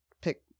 pick